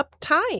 uptight